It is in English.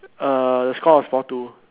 uh the score was four two